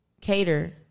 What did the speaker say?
cater